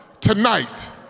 tonight